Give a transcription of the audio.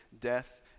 death